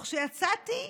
אבל כשיצאתי,